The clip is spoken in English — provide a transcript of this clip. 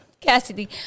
Cassidy